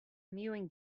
mewing